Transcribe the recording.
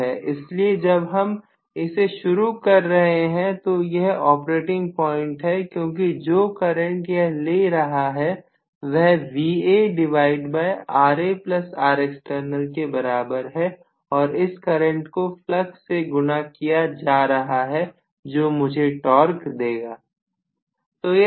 इसलिए जब हम इसे शुरू कर रहे हैं तो यह ऑपरेटिंग पॉइंट है क्योंकि जो करंट यह ले रहा है वह VaRaRext के बराबर है और इस करंट को फ्लक्स से गुणा किया जा रहा है जो मुझे टॉर्क देता है